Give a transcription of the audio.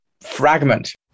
fragment